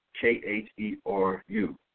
K-H-E-R-U